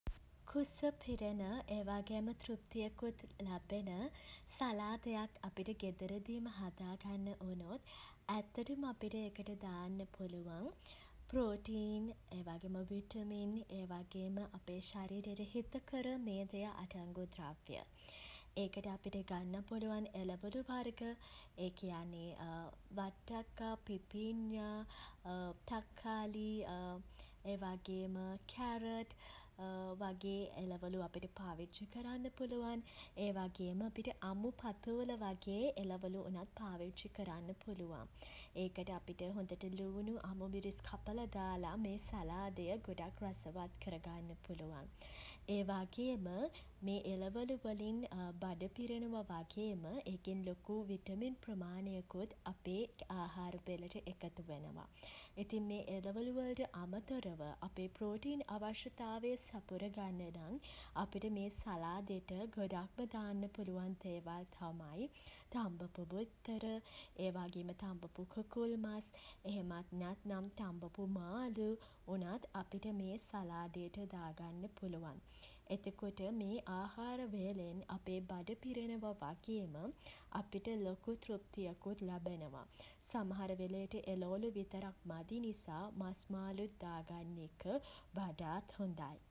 කුස පිරෙන ඒ වගේම තෘප්තියකුත් ලැබෙන සලාදයක් අපිට ගෙදරදීම හදා ගන්න වුණොත් ඇත්තටම අපිට ඒකට දාන්න පුළුවන්. ප්‍රෝටීන් ඒ වගේම විටමින් ඒ වගේම අපේ ශරීරයට හිතකර මේදය අඩංගු ද්‍රව්‍ය. ඒකට අපිට ගන්න පුලුවන් එළවළු වර්ග ඒ කියන්නේ වට්ටක්කා පිපිඤ්ඤා තක්කාලි ඒ වගේම කැරට් වගේ එළවලු අපිට පාවිච්චි කරන්න පුළුවන්. ඒ වගේම අපිට අමු පතෝල වගේ එළවලු වුණත් පාවිච්චි කරන්න පුළුවන්. ඒකට අපිට හොඳට ළූනු අමු මිරිස් කපල දාලා මේ සලාදය ගොඩක් රසවත් කරගන්න පුළුවන්. ඒ වගේම මේ එළවළු වලින් බඩ පිරෙනවා වගේම ඒකෙන් ලොකු විටමින් ප්‍රමාණයකුත් අපේ ආහාර වේලට එකතු වෙනවා. ඉතින් මේ එළවළු වලට අමතරව අපේ ප්රෝටීන් අවශ්යතාවය සපුරා ගන්න නම් අපිට මේ සලාදෙට ගොඩක්ම දාන්න පුළුවන් දේවල් තමයි තම්බපු බිත්තර ඒ වගේම තම්බපු කුකුල් මස් එහෙමත් නැත්නම් තම්බපු මාළු වුණත් අපිට මේ සලාදයට දාගන්න පුළුවන්. එතකොට මේ අහාර වේලෙන් අපේ බඩ පිරෙනවා වගේම අපිට ලොකු තෘප්තියකුත් ලැබෙනවා. සමහර වෙලේට එළවලු විතරක් මදි නිසා මස් මාළුත් දාගන්න එක වඩාත් හොඳයි.